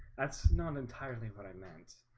that's not entirely what i meant